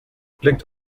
blickt